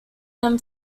them